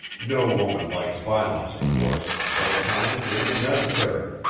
no woman likes violence, of course, but at times it is necessary.